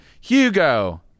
Hugo